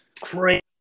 crazy